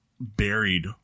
buried